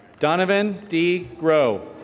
donovan d grow.